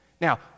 Now